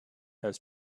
has